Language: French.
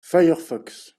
firefox